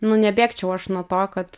nu nebėgčiau aš nuo to kad